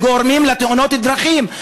וגורמים לתאונות דרכים.